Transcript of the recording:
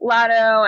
Lotto